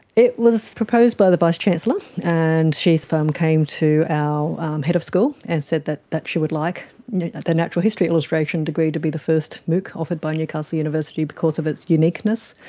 it was proposed by the vice-chancellor, and she so um came to our head of school and said that that she would like the natural history illustration degree to be the first mooc offered by newcastle university because of its uniqueness.